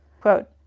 Quote